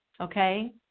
Okay